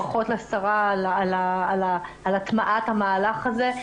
ברכות לשרה על הטמעת המהלך הזה.